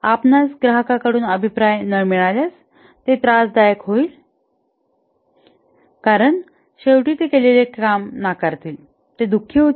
आपणास ग्राहकांकडून अभिप्राय न मिळाल्यास ते त्रास दायक होईल कारण शेवटी ते केलेले काम नाकारतील ते दु खी होतील